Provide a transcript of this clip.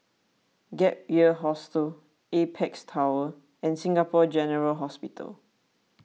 Gap Year Hostel Apex Tower and Singapore General Hospital